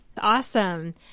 Awesome